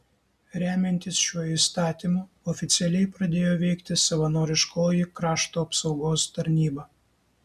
remiantis šiuo įstatymu oficialiai pradėjo veikti savanoriškoji krašto apsaugos tarnyba